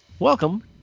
Welcome